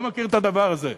לא מכיר את הדבר הזה.